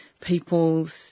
people's